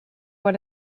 what